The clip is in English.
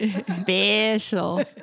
Special